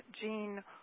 Jean